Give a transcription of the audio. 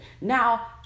Now